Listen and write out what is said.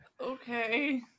okay